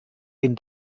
den